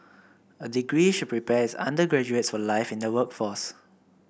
a degree should prepare its undergraduates for life in the workforce